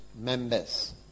members